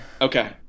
Okay